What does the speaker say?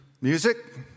music